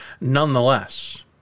Nonetheless